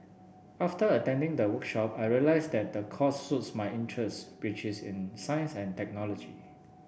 after attending the workshop I realised that the course suits my interest which is in science and technology